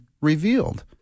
revealed